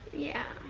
yeah.